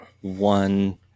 one